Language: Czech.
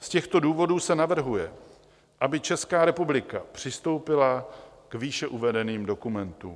Z těchto důvodů se navrhuje, aby Česká republika přistoupila k výše uvedeným dokumentům.